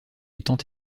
étant